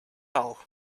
all